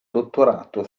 dottorato